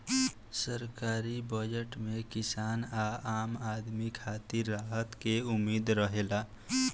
सरकारी बजट में किसान आ आम आदमी खातिर राहत के उम्मीद रहेला